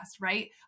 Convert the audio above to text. right